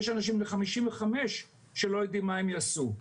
יש אנשים בני 55 שלא יודעים מה הם יעשו.